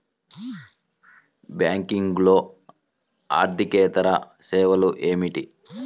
బ్యాంకింగ్లో అర్దికేతర సేవలు ఏమిటీ?